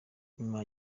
nyuma